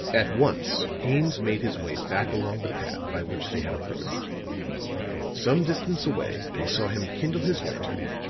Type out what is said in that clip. at once haines made his way back along the path by which they had approached some distance away they saw him kindle his lantern,